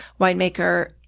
winemaker